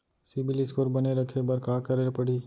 CIBIL score बने रखे बर का करे पड़ही?